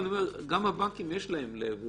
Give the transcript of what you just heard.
גם לבנקים יש לב,